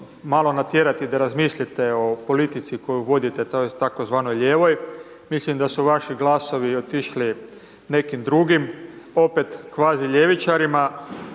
malo natjerati da razmislite o politici koju vodite tzv. lijevoj. Mislim da su vaši glasovi otišli nekim drugim, opet kvazi ljevičarima,